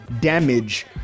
damage